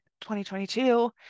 2022